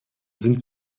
sind